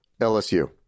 LSU